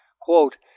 Quote